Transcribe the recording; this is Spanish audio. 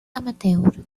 amateur